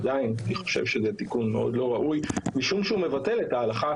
עדיין אני חושב שזה תיקון מאוד לא ראוי משום הוא מבטל את ההלכה